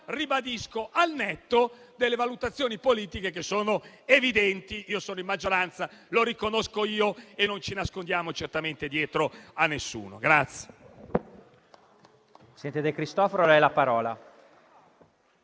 ribadisco - al netto delle valutazioni politiche che sono evidenti. Sono in maggioranza, lo riconosco e non ci nascondiamo certamente dietro a nessuno.